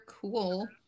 cool